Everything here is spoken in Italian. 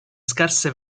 scarse